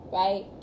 right